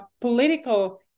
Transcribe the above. political